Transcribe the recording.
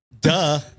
Duh